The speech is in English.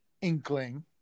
inkling